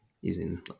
using